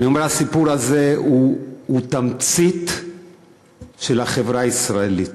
אני אומר שהסיפור הזה הוא התמצית של החברה הישראלית,